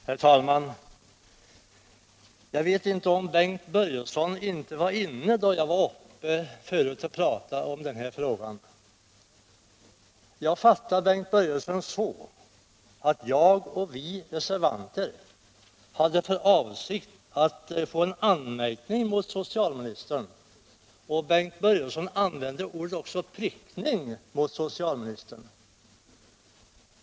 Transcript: Herr talman! Jag vet inte om Bengt Börjesson i Falköping inte var inne i kammaren förut då jag var uppe och pratade om den här frågan. Jag fattar Bengt Börjesson så att han tror att jag och övriga reservanter hade för avsikt att framställa en anmärkning mot socialministern. Bengt Börjesson använde ordet ”prickning” av socialministern.